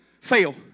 fail